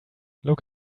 look